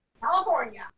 California